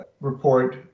report